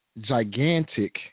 gigantic